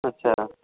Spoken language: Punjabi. ਅੱਛਾ